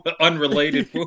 unrelated